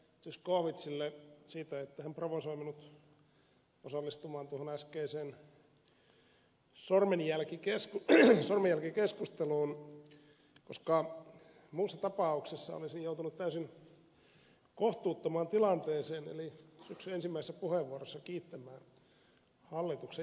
zyskowiczille siitä että hän provosoi minut osallistumaan tuohon äskeiseen sormenjälkikeskusteluun koska muussa tapauksessa olisin joutunut täysin kohtuuttomaan tilanteeseen eli syksyn ensimmäisessä puheenvuorossa kiittämään hallituksen istuvaa ministeriä